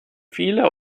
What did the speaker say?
viele